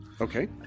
Okay